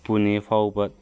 ꯄꯨꯅꯦ ꯐꯥꯎꯕ